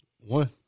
One